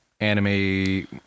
anime